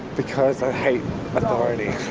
because i hate authority.